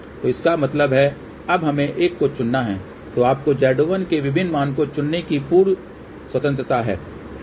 तो इसका मतलब है अब हमें एक को चुनना है तो आपको Z01 के विभिन्न मान को चुनने की पूरी स्वतंत्रता है